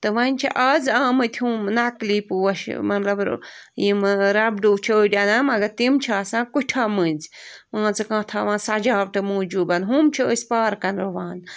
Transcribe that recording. تہٕ وَنہِ چھِ آز آمٕتۍ ہُم نقلی پوش مطلب یِمہٕ ربڈوٗ چھِ أڑۍ آنان مگر تِم چھِ آسان کُٹھیو مٔنٛزۍ مان ژٕ کانٛہہ تھاوان سجاوٹہٕ موٗجوٗب ہُم چھِ أسۍ پارکن رُوان